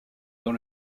dans